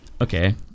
Okay